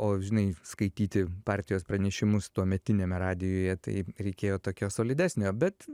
o žinai skaityti partijos pranešimus tuometiniame radijuje tai reikėjo tokio solidesnio bet